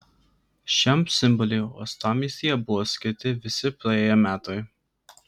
šiam simboliui uostamiestyje buvo skirti visi praėję metai